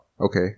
Okay